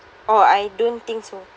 !oh! I don't think so